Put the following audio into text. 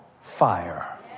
fire